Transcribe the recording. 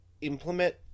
implement